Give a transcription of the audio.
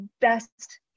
best